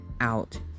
out